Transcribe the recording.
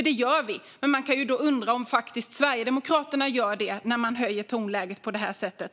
Det gör vi, men man kan undra om Sverigedemokraterna gör det när de höjer tonläget på det här sättet.